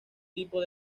tipo